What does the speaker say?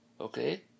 Okay